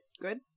good